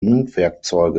mundwerkzeuge